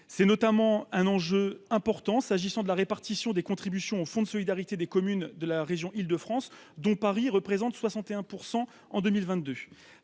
c'est notamment un enjeu important, s'agissant de la répartition des contributions au Fonds de solidarité des communes de la région Île-de-France dont Paris représente 61 % en 2022